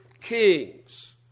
kings